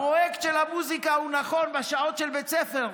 הפרויקט של המוזיקה, הוא, נכון, בשעות של בית ספר,